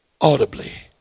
audibly